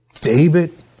David